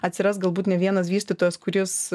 atsiras galbūt ne vienas vystytojas kuris